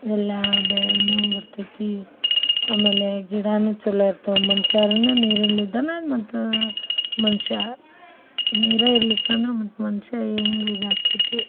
ಎಲ್ಲ ಬೆಳೆವೂ ಬರ್ತೈತಿ ಆಮೇಲೆ ಗಿಡವೂ ಚಲೋ ಇರ್ತವೆ ಮನ್ಷರನು ನೀರಲ್ ಇದ್ರೇನ ಮತ್ತು ಮನುಷ್ಯ ನೀರು ಇರ್ಲಿಲ್ ಅಂದ್ರೆ ಮತ್ತು ಮನುಷ್ಯ ಹೆಂಗ್ ಇದು ಆಕ್ಯೈತಿ